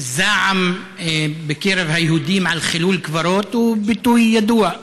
זעם בקרב היהודים על חילול קברות, הוא ביטוי ידוע.